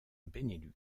benelux